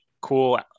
cool